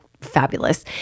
fabulous